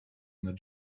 nad